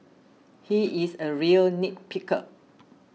he is a real nit picker